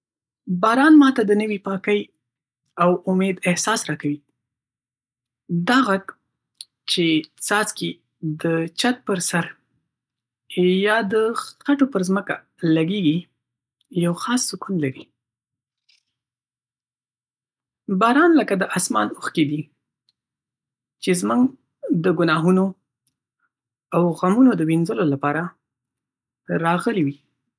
باران ما ته د نوې پاکۍ او امید احساس راکوي. دا غږ، چې څاڅکي د چت پر سر یا د خټو پر ځمکه لګیږي، یو خاص سکون لري. باران لکه د آسمان اوښکې دي، چې زموږ د ګناهونو او غمونو د وینځلو لپاره راغلي وي.